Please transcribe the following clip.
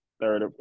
third